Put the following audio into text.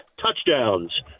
touchdowns